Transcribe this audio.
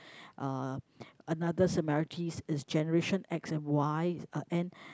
uh another similarities is generation X and Y uh and